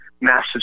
massive